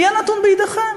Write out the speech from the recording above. יהיה נתון בידיכם.